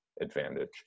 advantage